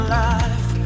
life